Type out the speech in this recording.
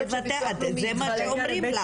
זה מה שאומרים לה.